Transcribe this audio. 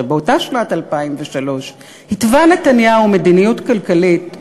שבאותה שנת 2003 התווה נתניהו מדיניות כלכלית,